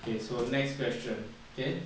okay so next question okay